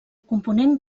component